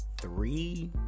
three